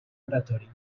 oratori